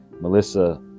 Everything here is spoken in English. Melissa